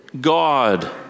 God